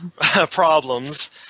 problems